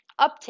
uptick